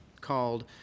called